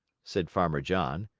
said farmer john.